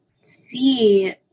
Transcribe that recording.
see